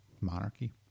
monarchy